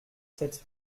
sept